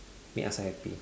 make us happy